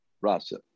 rasa